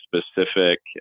specific